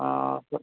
हँ